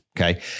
Okay